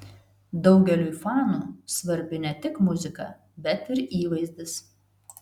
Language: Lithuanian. daugeliui fanų svarbi ne tik muzika bet ir įvaizdis